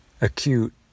acute